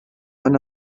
one